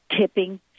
tipping